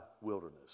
wilderness